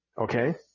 okay